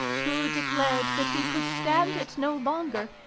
who declared that he could stand it no longer,